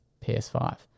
PS5